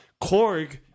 Korg